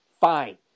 fine